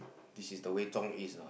this is the way Zhong is eh